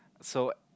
so what